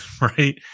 right